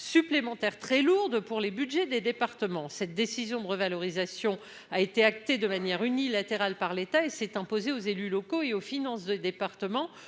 supplémentaire très lourde pour les budgets des départements. Cette décision de revalorisation a été actée de manière unilatérale par l'État et a été imposée aux élus locaux et aux départements,